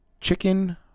chicken